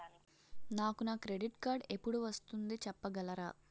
నాకు నా credit card ఎపుడు వస్తుంది చెప్పగలరా?